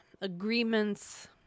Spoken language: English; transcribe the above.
agreements